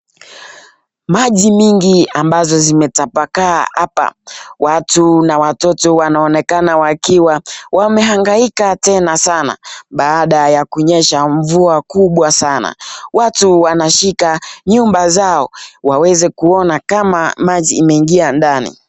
Maji mingi ambazo zimetapakaa hapa. Watu na watoto wanaonekana wakiwa wamehangaika tena sana baada ya kunyesha mvua kubwa sana. Watu wanashika nyumba zao waweze kuona kama maji imeingia ndani.